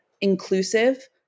inclusive